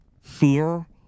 fear